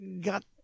got